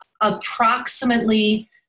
approximately